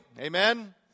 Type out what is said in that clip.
Amen